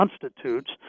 constitutes –